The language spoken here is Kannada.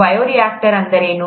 ಬಯೋರಿಯಾಕ್ಟರ್ ಎಂದರೇನು